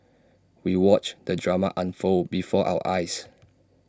we watched the drama unfold before our eyes